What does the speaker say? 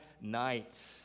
night